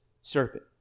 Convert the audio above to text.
serpent